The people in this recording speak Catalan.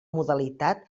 modalitat